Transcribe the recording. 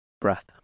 breath